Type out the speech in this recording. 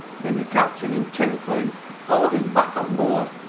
then the captain and tim flynn hauled him back on board.